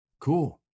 Cool